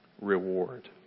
reward